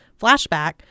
flashback